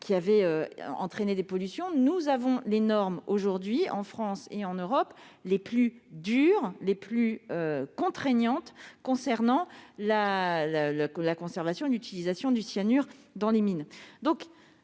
en effet entraîné des pollutions. Les normes appliquées aujourd'hui en France et en Europe sont les plus dures et les plus contraignantes concernant la conservation et l'utilisation du cyanure dans les mines.